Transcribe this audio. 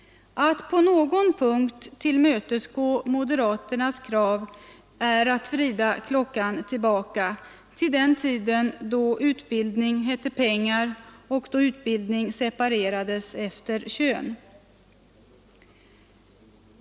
Att på någon punkt tillmötesgå moderaternas krav är att vrida klockan tillbaka till den tiden då utbildning hette pengar och då utbildning separerades efter kön.